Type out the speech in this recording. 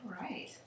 Right